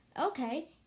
Okay